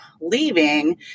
leaving